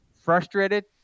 frustrated